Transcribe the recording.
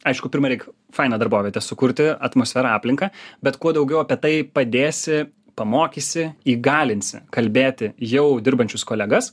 aišku pirma reik fainą darbovietę sukurti atmosferą aplinką bet kuo daugiau apie tai padėsi pamokysi įgalinsi kalbėti jau dirbančius kolegas